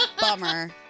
Bummer